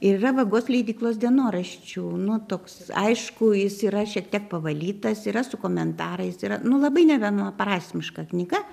yra vagos leidyklos dienoraščių nu toks aišku jis yra šiek tiek pavalytas yra su komentarais yra nu labai nevienaprasmiška knyga